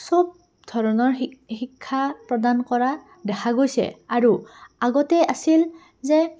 চব ধৰণৰ শিক্ষা প্ৰদান কৰা দেখা গৈছে আৰু আগতেই আছিল যে